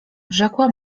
rzekła